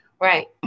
Right